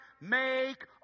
make